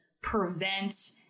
prevent